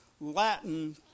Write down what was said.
Latin